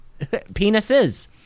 Penises